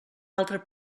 altre